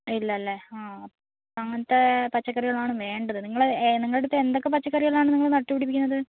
ഇല്ല അല്ലേ ആ അങ്ങനത്തെ പച്ചക്കറികളാണ് വേണ്ടത് നിങ്ങളെ നിങ്ങളുടെ അടുത്ത് എന്തൊക്കെ പച്ചക്കറികളാണ് നിങ്ങൾ നട്ട് പിടിപ്പിക്കുന്നത്